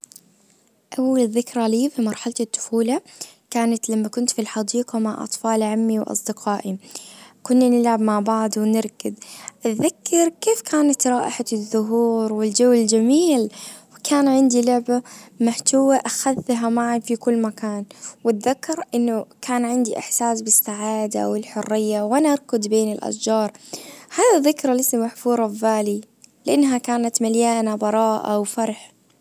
أول ذكرى لي في مرحلة الطفولة كانت لما كنت في الحديقة مع اطفال عمي واصدقائي كنا نلعب مع بعض ونركض اتذكر كيف كانت رائحة الزهور والجو الجميل وكان عندي لعبة محشوة اخذتها معي في كل مكان واتذكر انه كان عندي احساس بالسعادة والحرية وانا أركض بين الاشجار هذا ذكرى لسه محفورة في بالي لانها كانت مليانة براءة وفرح.